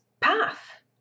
path